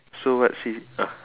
so what C ah